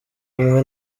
kumwe